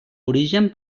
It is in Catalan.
origen